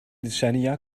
decennia